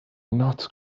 not